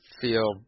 feel